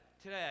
today